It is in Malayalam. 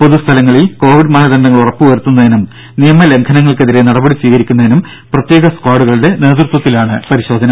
പൊതു സ്ഥലങ്ങളിൽ കോവിഡ് മാനദണ്ഡങ്ങൾ ഉറപ്പു വരുത്തുന്നതിനും നിയമ ലംഘനങ്ങൾക്കെതിരെ നടപടി സ്വീകരിക്കുന്നതിനും പ്രത്യേക സ്ക്വാഡുകളുടെ നേതൃത്വത്തിലാണ് പരിശോധന